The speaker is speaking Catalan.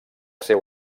seu